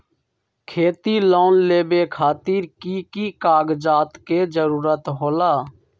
खेती लोन लेबे खातिर की की कागजात के जरूरत होला?